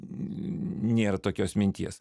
nėra tokios minties